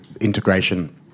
integration